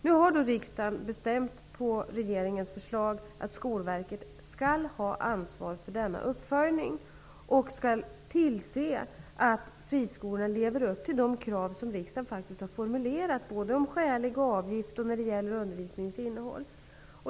Nu har alltså riksdagen på regeringens förslag bestämt att Skolverket skall ha ansvar för denna uppföljning och skall tillse att friskolor lever upp till de krav som riksdagen faktiskt har formulerat vad gäller både skälig avgift och undervisningens innehåll.